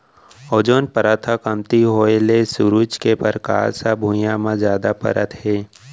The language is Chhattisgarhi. ओजोन परत ह कमती होए हे सूरज के परकास ह भुइयाँ म जादा परत हे